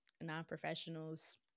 non-professionals